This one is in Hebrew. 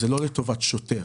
זה לא לטובת שוטר.